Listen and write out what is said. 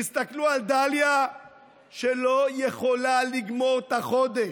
תסתכלו על דליה שלא יכולה לגמור את החודש.